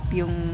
yung